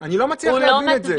אני לא מצליח להבין את זה.